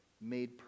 made